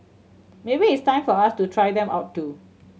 maybe it's time for us to try them out too